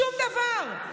שום דבר.